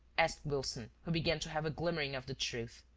asked wilson, who began to have a glimmering of the truth.